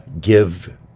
give